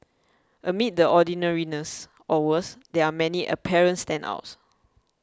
amid the ordinariness or worse there are many apparent standouts